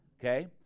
Okay